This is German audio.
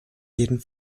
ihren